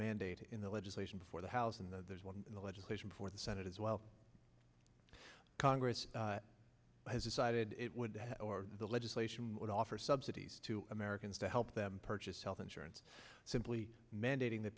mandate in the legislation before the house and there's one in the legislation for the senate as well congress has decided it would or the legislation would offer subsidies to americans to help them purchase health insurance simply mandating that